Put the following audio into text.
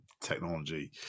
technology